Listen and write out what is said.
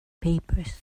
papers